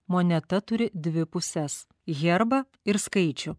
moneta turi dvi puses herbą ir skaičių